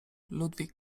ludwig